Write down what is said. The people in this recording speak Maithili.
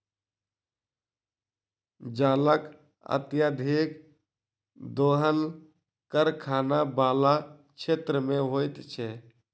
जलक अत्यधिक दोहन कारखाना बला क्षेत्र मे होइत छै